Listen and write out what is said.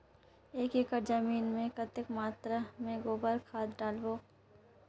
एक एकड़ जमीन मे कतेक मात्रा मे गोबर खाद डालबो?